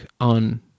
on